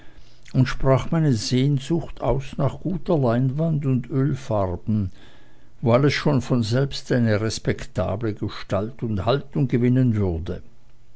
und sprach meine sehnsucht aus nach guter leinwand und ölfarben wo alles schon von selbst eine respektable gestalt und haltung gewinnen würde